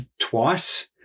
twice